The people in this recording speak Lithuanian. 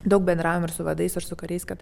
daug bendravom ir su vadais ir su kariais kad